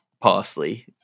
parsley